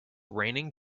raining